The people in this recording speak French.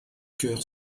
chœurs